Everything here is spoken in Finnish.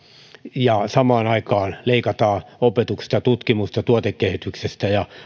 ja samaan aikaan leikataan opetuksesta tutkimuksesta tuotekehityksestä ja